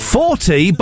forty